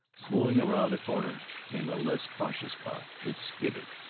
slewing round a corner came a less cautious car. it skidded,